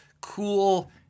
cool